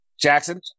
Jackson